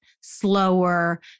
slower